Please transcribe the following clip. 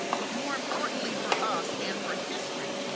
but more importantly for us and for history,